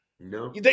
No